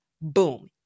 Boom